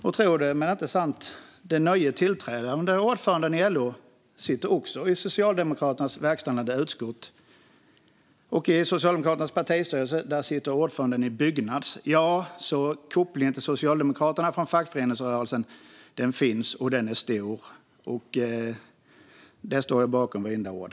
Och tro det eller ej - den nya tillträdande ordföranden i LO sitter också i Socialdemokraternas verkställande utskott. I Socialdemokraternas partistyrelse sitter ordföranden i Byggnads. Så ja, kopplingen mellan Socialdemokraterna och fackföreningsrörelsen finns, och den är stark. Där står jag bakom vartenda ord.